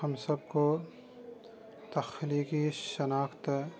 ہم سب کو تخلیقی شناخت